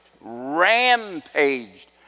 rampaged